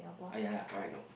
ah ya lah correct no